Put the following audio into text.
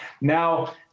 Now